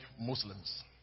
Muslims